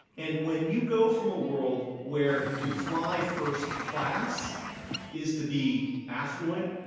and when you go from a world where to fly first class is to be affluent,